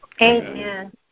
Amen